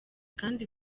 kandi